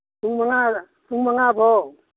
ꯄꯨꯡ ꯃꯉꯥ ꯄꯨꯡ ꯃꯉꯥꯐꯥꯎ